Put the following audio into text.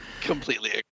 Completely